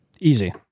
Easy